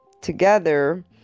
together